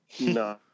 No